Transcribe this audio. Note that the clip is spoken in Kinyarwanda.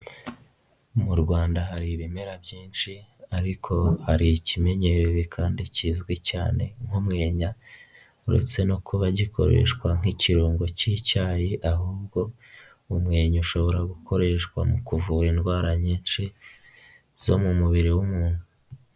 Mu Rwanda hari ibimera byinshi ariko ari ikimenyererere kandi kizwi cyane nk'umwenya, uretse no kuba gikoreshwa nk'ikirungo k'icyayi ahubwo umwenya ushobora gukoreshwa mu kuvura indwara nyinshi zo mu mubiri w'umuntu.